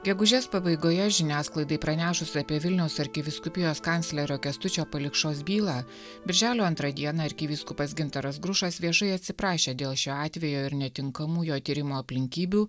gegužės pabaigoje žiniasklaidai pranešus apie vilniaus arkivyskupijos kanclerio kęstučio palikšos bylą birželio antrą dieną arkivyskupas gintaras grušas viešai atsiprašė dėl šio atvejo ir netinkamų jo tyrimo aplinkybių